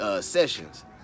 sessions